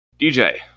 DJ